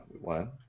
One